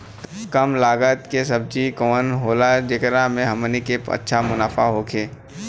कम लागत के सब्जी कवन होला जेकरा में हमनी के अच्छा मुनाफा होखे?